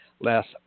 last